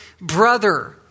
brother